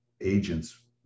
agents